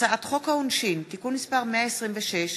הצעת חוק העונשין (תיקון מס' 126)